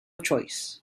choice